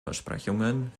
versprechungen